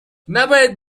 نباید